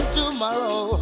tomorrow